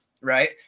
right